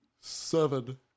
Seven